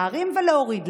להרים ולהוריד,